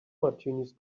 martinis